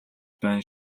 байна